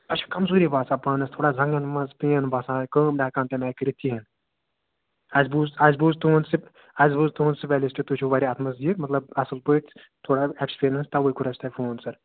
اَسہِ چھِ کَمٛزوٗری باسان پانَس تھوڑا زَنٛگَن منٛز پین باسان کٲم نہَ ہٮ۪کان کٔرِتھ کیٚنٛہہ اَسہِ بوٗز اَسہِ بوٗز تُہُنٛد اَسہِ بوٗز تُہُنٛد سُپیشلِسٹہٕ تُہۍ چھُو واریاہ اَتھ منٛز یہِ مطلب اَصٕل پٲٹھۍ تھوڑا ایکٕسپیٖرَنَس تَوَے کوٚر اَسہِ تۄہہِ فون سَر